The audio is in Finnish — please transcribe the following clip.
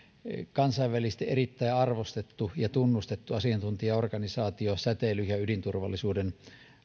kansainvälisesti erittäin arvostettu ja tunnustettu asiantuntijaorganisaatio säteily ja ydinturvallisuuden